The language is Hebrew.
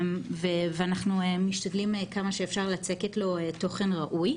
ואנחנו משתדלים כמה שאפשר לצקת לו תוכן ראוי.